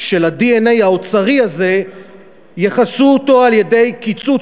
של הדנ"א האוצרי הזה יכסו אותו על-ידי קיצוץ,